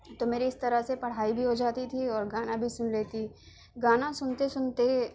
تو میری اس طرح سے پڑھائی بھی ہو جاتی تھی اور گانا بھی سن لیتی گانا سنتے سنتے